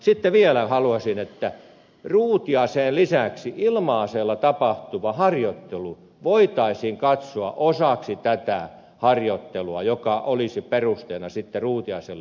sitten vielä haluaisin sanoa että ruutiaseen lisäksi ilma aseella tapahtuva harjoittelu voitaisiin katsoa osaksi tätä harjoittelua joka olisi perusteena sitten ruutiaseelle